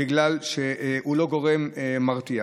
בגלל שהן לא גורם מרתיע.